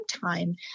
time